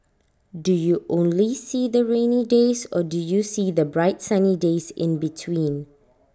do you only see the rainy days or do you see the bright sunny days in between